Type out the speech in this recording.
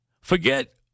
Forget